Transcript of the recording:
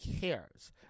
cares